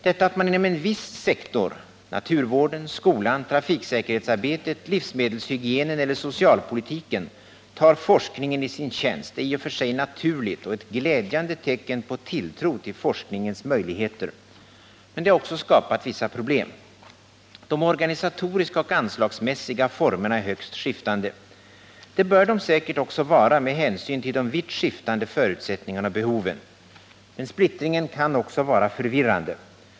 Detta att man inom en viss sektor — naturvården, skolan, trafiksäkerhetsarbetet, livsmedelshygienen eller socialpolitiken — tar forskningen i sin tjänst är i och för sig naturligt och ett glädjande tecken på tilltro till forskningens möjligheter. Men det har också skapat vissa problem. De organisatoriska och anslagsmässiga formerna är högst skiftande. Det bör de säkert också vara med hänsyn till de vitt skiftande förutsättningarna och behoven. Men splittringen kan också vara förvirrande.